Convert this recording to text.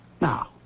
Now